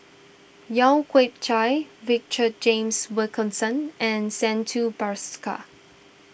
Lau Chiap Khai Richard James Wilkinson and Santha Bhaskar